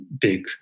big